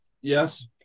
Yes